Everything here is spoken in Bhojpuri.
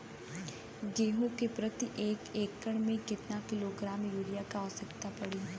गेहूँ के प्रति एक एकड़ में कितना किलोग्राम युरिया क आवश्यकता पड़ी?